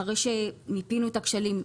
אחרי שמיפינו את הכשלים,